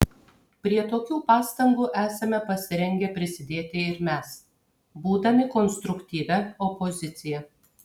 prie tokių pastangų esame pasirengę prisidėti ir mes būdami konstruktyvia opozicija